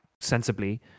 sensibly